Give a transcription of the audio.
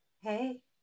Hey